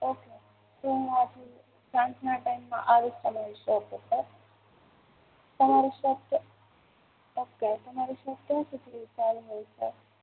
okay હું આથી સાંજના ટાઈમમાં આવીશ તમારી સોપે બરાબર તમારી સોપ ઓકે તમારી સોપ ક્યાં સુધી ચાલુ હોય છે